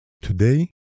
Today